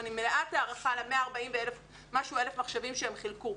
ואני מלאת הערכה ל-140,000 מחשבים שהם חילקו,